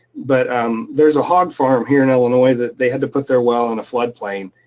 but um there's a hog farm here in illinois that they had to put their well in a flood plain,